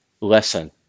lesson